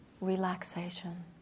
relaxation